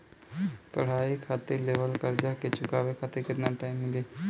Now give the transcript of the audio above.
पढ़ाई खातिर लेवल कर्जा के चुकावे खातिर केतना टाइम मिली?